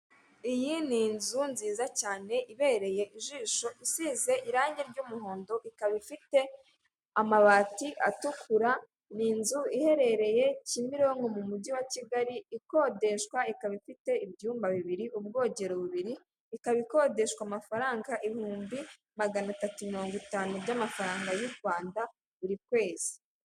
Iyi ni inzu nziza cyane ibereye ijisho isize irangi ry'umuhondo ikaba ifite amabati atukura ni inzu iherereye kimironko mu mujyi wa Kigali ikodeshwa ikaba ifite ibyumba bibiri ,ubwogero bubiri ikaba ikodeshwa amafaranga ibihumbi magana atatu mirongo itanu by'amafaranga y'u rwanda buri kwezi .